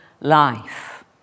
life